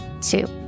two